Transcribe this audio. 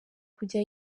kujya